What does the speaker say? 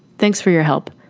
thanks for your help.